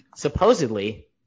Supposedly